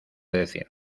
decir